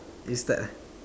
you start ah